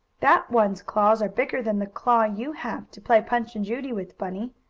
that one's claws are bigger than the claw you have, to play punch and judy with, bunny,